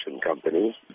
company